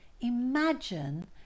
Imagine